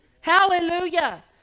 Hallelujah